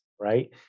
right